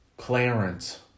Clarence